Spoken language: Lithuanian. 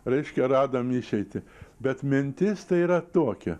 reiškia radom išeitį bet mintis tai yra tokia